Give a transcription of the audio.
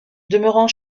demeurant